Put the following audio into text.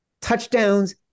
touchdowns